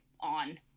on